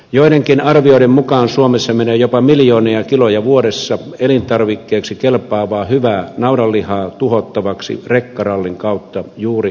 joidenkin arvioiden mukaan suomessa menee jopa miljoonia kiloja vuodessa elintarvikkeeksi kelpaavaa hyvää naudanlihaa tuhottavaksi rekkarallin kautta juuri honkajoki oylle